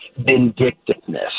Vindictiveness